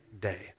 day